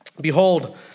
Behold